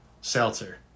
seltzer